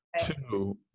Two